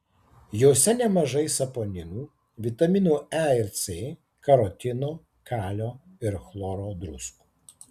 jose nemažai saponinų vitaminų e ir c karotino kalio ir chloro druskų